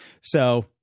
So-